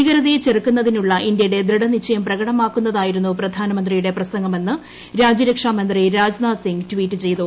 ഭീകരതയെ ചെറുക്കുന്നതിനുള്ള ഇന്ത്യയുടെ ദൃഢനിശ്ചയം പ്രകടമാക്കുന്നതായിരുന്നു പ്രധാനമന്ത്രിയുടെ പ്രസംഗമെന്ന് രാജ്യരക്ഷാമന്ത്രി രാജ്നാഥ് സിംഗ് ട്വീറ്റ് ചെയ്തു